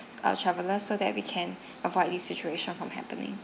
uh travelers so that we can avoid these situations from happening